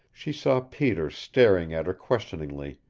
she saw peter staring at her questioningly,